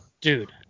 dude